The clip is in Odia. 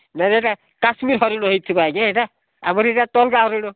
ନାହିଁ ଏଇଟା କାଶ୍ମୀର ହରିଣ ହୋଇଥିବ ଆଜ୍ଞା ଏଇଟା ଆମରି ଏଇଟା ତ ଅଲଗା ହରିଣ